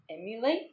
emulate